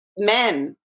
men